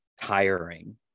tiring